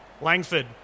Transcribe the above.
Langford